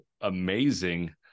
amazing